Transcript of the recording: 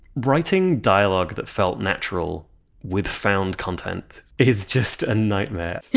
writing dialogue that felt natural with found content is just a nightmare.